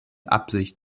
absicht